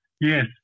yes